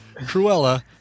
Cruella